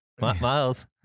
miles